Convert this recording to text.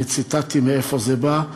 אני ציטטתי מאיפה זה בא.